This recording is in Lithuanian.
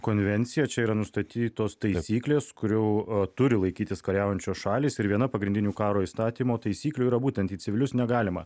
konvencija čia yra nustatytos taisyklės kurių turi laikytis kariaujančios šalys ir viena pagrindinių karo įstatymo taisyklių yra būtent į civilius negalima